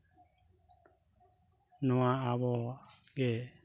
ᱱᱚᱣᱟ ᱟᱵᱚ ᱜᱮ